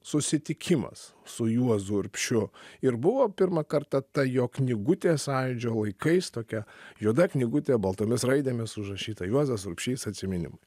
susitikimas su juozu urbšiu ir buvo pirmą kartą ta jo knygutė sąjūdžio laikais tokia juoda knygutė baltomis raidėmis užrašyta juozas urbšys atsiminimai